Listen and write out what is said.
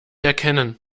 erkennen